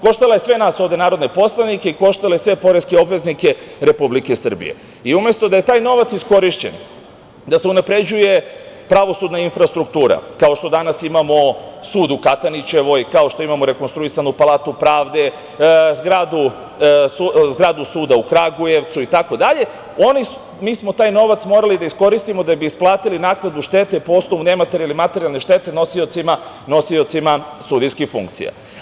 Koštala je sve nas ovde, narodne poslanike, koštala je sve poreske obveznike Republike Srbije i umesto da je taj novac iskorišćen, da se unapređuje pravosudna infrastruktura, kao što danas imamo sud u Katanićevoj, kao što imamo rekonstruisanu Palatu pravde, zgradu suda u Kragujevcu, itd, mi smo taj novac morali da iskoristimo da bi isplatili naknadu štete po osnovu materijalne ili nematerijalne štete nosiocima sudijskih funkcija.